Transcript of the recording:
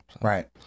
right